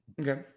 okay